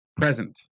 present